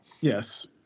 Yes